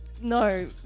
No